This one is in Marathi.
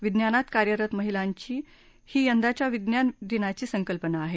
विज्ञानात कार्यरत महिला ही यंदाच्या विज्ञान दिनाची संकल्पना आहे